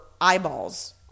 eyeballs